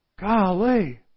Golly